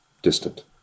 Distant